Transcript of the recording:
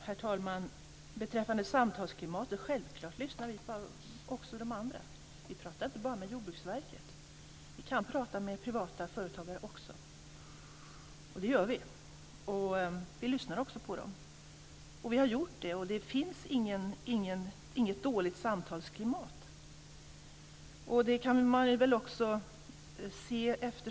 Herr talman! Beträffande samtalsklimatet vill jag säga att självklart lyssnar vi också på de andra. Vi pratar inte bara med Jordbruksverket, utan vi kan prata också med privata företagare och det gör vi. Vi lyssnar också på dem. Vi har alltså gjort det och det finns inget dåligt samtalsklimat. Det kan man väl också se.